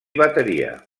bateria